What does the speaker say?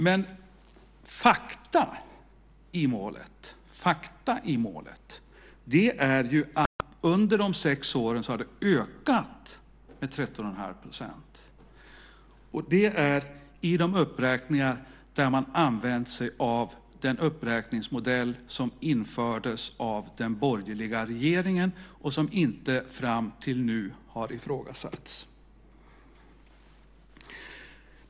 Men fakta i målet är att under de sex åren har det ökat med 13 1⁄2 % i de uppräkningar där man använt sig av den uppräkningsmodell som infördes av den borgerliga regeringen, och som inte har ifrågasatts fram till nu.